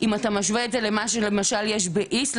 אם אתה משווה את זה למה שלמשל יש באיסלנד,